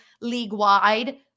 league-wide